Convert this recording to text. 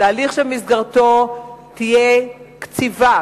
תהליך שבמסגרתו תהיה קציבה